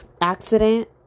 accident